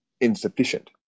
insufficient